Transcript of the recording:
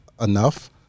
enough